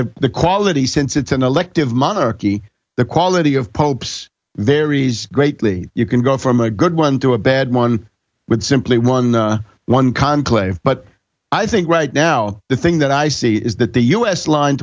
that the quality since it's an elective monarchy the quality of pope's varies greatly you can go from a good one to a bad one would simply one one conclave but i think right now the thing that i see is that the u s line